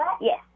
Yes